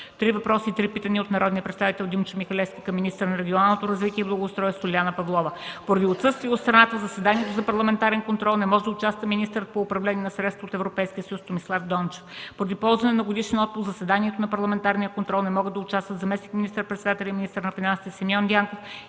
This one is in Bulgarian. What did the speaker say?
три въпроса и три питания от народния представител Димчо Михалевски към министъра на регионалното развитие и благоустройството Лиляна Павлова. Поради отсъствие от страната, в заседанието за парламентарен контрол не може да участва министърът по управление на средствата от Европейския съюз Томислав Дончев. Поради ползване на годишен отпуск в заседанието за парламентарен контрол не могат да участват заместник министър-председателят и министър на финансите Симеон Дянков